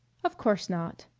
of course not,